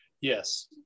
yes